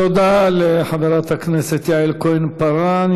תודה לחברת הכנסת יעל כהן-פארן.